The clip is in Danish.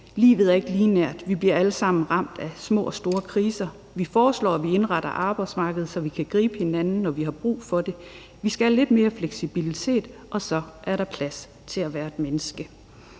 Livet er ikke lineært. Vi bliver alle sammen ramt af små og store kriser. Vi foreslår, at vi indretter arbejdsmarkedet, så vi kan gribe hinanden, når vi har brug for det. Vi skal have lidt mere fleksibilitet, og så er der plads til at være et menneske.